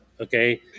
Okay